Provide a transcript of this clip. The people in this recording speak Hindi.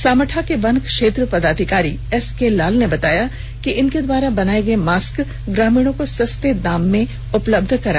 सामठा के वन क्षेत्र पदाधिकारी एसके लाल ने बताया कि इनके द्वारा बनाए गए मास्क ग्रामीणों को सस्ते दाम में उपलब्ध कराए जाएंगे